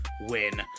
win